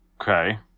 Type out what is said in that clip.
Okay